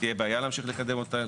תהיה בעיה להמשיך לקדם אותה,